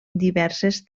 diverses